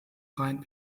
rein